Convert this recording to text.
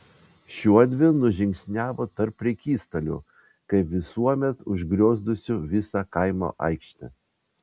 šiuodvi nužingsniavo tarp prekystalių kaip visuomet užgriozdusių visą kaimo aikštę